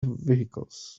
vehicles